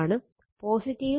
ആണ്